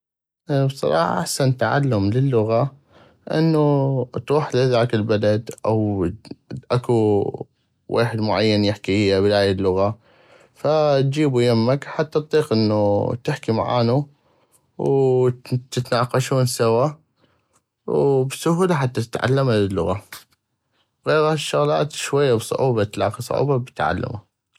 انا بصراحة احسن تعلم للغة انو تغوح لهذاك البلد او اكو ويحد معين يحكي بيا بهاي اللغة فجيبو يمك حتى اطيق انو تحكي معانو وتتناقشون سوا وبسهولة حتى تتعلمها اللغة وغيغ هل الشغلات شوي بصعوبة تلاقي صعوبة بتعلى.